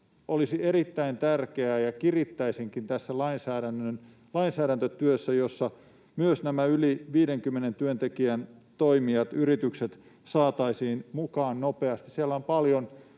olisi erittäin tärkeää ja kirittäisinkin tässä lainsäädäntötyössä, jotta myös nämä yli 50 työntekijän toimijat, yritykset, saataisiin mukaan nopeasti. Siellä on paljon